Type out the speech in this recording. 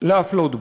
להפלות בו.